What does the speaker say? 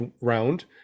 round